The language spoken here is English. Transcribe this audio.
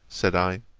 said i.